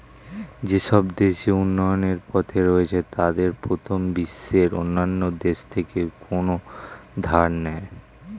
যেসব দেশ উন্নয়নের পথে রয়েছে তাদের প্রথম বিশ্বের অন্যান্য দেশ থেকে কোনো ধার নেই